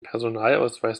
personalausweis